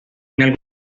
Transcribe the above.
algunas